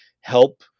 help